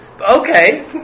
Okay